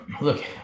look